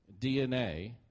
DNA